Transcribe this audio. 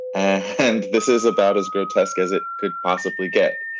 and this is about as grotesque as it could possibly get.